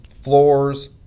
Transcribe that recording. floors